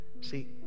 see